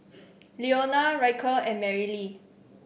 Leona Ryker and Marylee